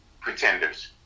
Pretenders